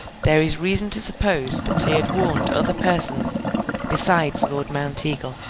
there is reason to suppose that he had warned other persons besides lord mounteagle.